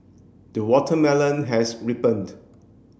the watermelon has ripened